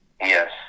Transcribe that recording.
Yes